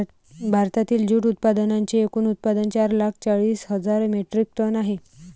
भारतातील जूट उत्पादनांचे एकूण उत्पादन चार लाख चाळीस हजार मेट्रिक टन आहे